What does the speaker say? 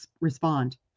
respond